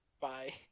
Bye